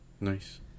nice